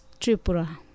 Tripura